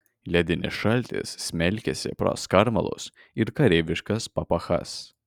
ledinis šaltis smelkėsi pro skarmalus ir kareiviškas papachas